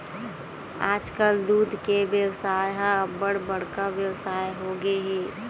आजकाल दूद के बेवसाय ह अब्बड़ बड़का बेवसाय होगे हे